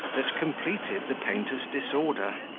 that completed the painter's disorder.